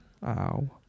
wow